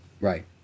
Right